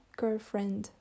girlfriend